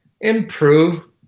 improve